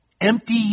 Empty